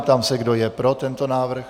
Ptám se, kdo je pro tento návrh.